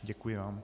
Děkuji vám.